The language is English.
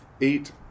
eight